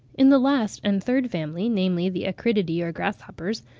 in the last and third family, namely the acridiidae or grasshoppers,